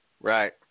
right